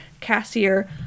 Cassier